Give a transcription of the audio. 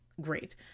great